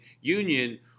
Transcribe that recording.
Union